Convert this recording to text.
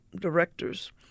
directors